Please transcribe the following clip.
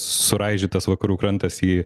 suraižytas vakarų krantas į